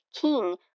king